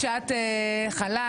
חופשת לידה?